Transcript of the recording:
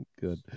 Good